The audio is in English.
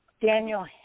Daniel